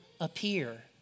appear